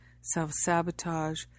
self-sabotage